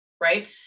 right